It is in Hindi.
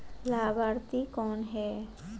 लाभार्थी कौन है?